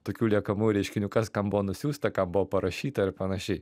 tokių liekamųjų reiškinių kas kam buvo nusiųsta ką buvo parašyta ir panašiai